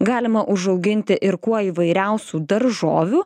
galima užauginti ir kuo įvairiausių daržovių